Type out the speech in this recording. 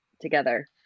together